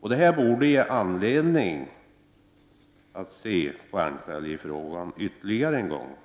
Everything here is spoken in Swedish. Detta borde ge anledning till att se på NKLJ-frågan ytterligare en gång.